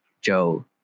joe